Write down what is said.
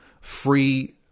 free